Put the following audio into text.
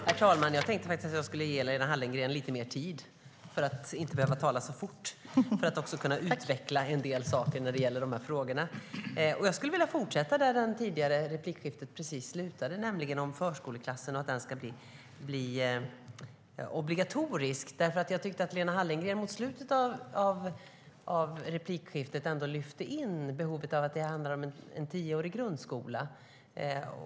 Herr talman! Jag tänkte att jag skulle ge Lena Hallengren lite mer tid så att hon inte behöver tala så fort och så att hon kan utveckla en del saker när det gäller dessa frågor. Jag skulle vilja fortsätta där det tidigare replikskiftet slutade, nämligen om förskoleklassen och att den ska bli obligatorisk. Jag tyckte att Lena Hallengren mot slutet av replikskiftet ändå lyfte in behovet av en tioårig grundskola.